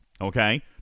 Okay